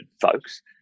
folks